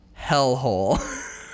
hellhole